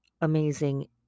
amazing